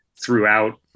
throughout